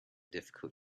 difficult